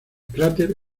cráter